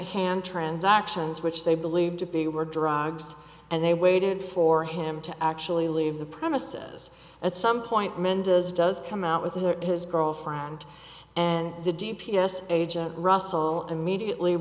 hand transactions which they believe to be were drugs and they waited for him to actually leave the premises at some point mendez does come out with his girlfriend and the d p s agent russell immediately